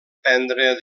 prendre